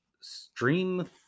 stream